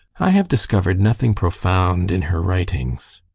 i have discovered nothing profound in her writings.